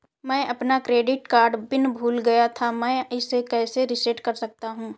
मैं अपना credit card pin भूल गया था मैं इसे कैसे रीसेट कर सकता हूँ?